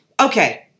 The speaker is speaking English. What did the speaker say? okay